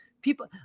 People